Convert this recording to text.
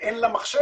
ואין לה מחשב,